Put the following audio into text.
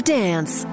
dance